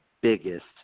biggest